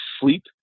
sleep